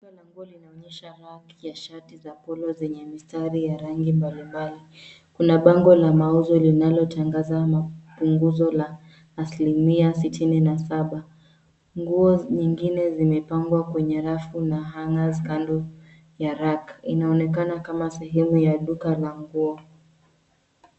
Duka la nguo linaonyesha raki ya mashati ya polo yenye mistari ya rangi mbalimbali. Kuna bango la mauzo linalotangaza punguzo ya bei kwa asilimia sitini na saba. Nguo zingine zimepangwa kwenye rafu na hanger(cs) kando ya raki. Inaonekana kama sehemu ya duka la nguo.